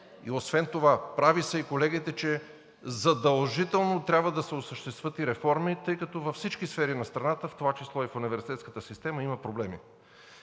Освен това, прави са колегите, че задължително трябва да се осъществят и реформи, тъй като във всички сфери на страната, в това число и в университетската система, има проблеми.